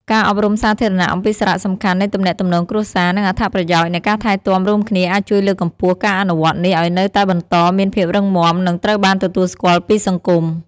ការអប់រំសាធារណៈអំពីសារៈសំខាន់នៃទំនាក់ទំនងគ្រួសារ និងអត្ថប្រយោជន៍នៃការថែទាំរួមគ្នាអាចជួយលើកកម្ពស់ការអនុវត្តន៍នេះឱ្យនៅតែបន្តមានភាពរឹងមាំ និងត្រូវបានទទួលស្គាល់ពីសង្គម។